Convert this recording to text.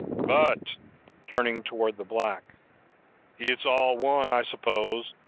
but turning towards the black it's all one, i suppose,